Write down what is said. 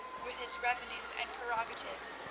with its revenue and prerogatives,